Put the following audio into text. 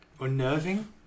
unnerving